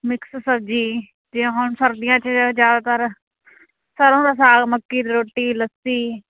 mix ਸਬਜ਼ੀ ਅਤੇ ਹੁਣ ਸਰਦੀਆਂ 'ਚ ਜਿਵੇਂ ਜ਼ਿਆਦਾਤਰ ਸਰੋਂ ਦਾ ਸਾਗ ਮੱਕੀ ਦੀ ਰੋਟੀ ਲੱਸੀ